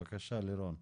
בבקשה, לירון.